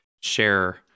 share